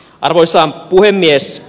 arvoisa puhemies